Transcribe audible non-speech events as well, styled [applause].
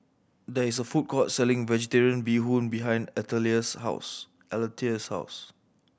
there is a food court selling Vegetarian Bee Hoon behind [unintelligible] house Alethea's house